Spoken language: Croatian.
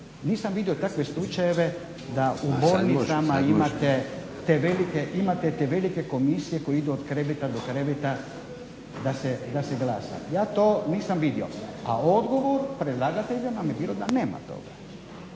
nisam vidio takve slučajeve da u bolnicama imate te velike komisije koje idu od kreveta do kreveta da se glasa. Ja to nisam vidio, a odgovor predlagatelja je bio da nema toga.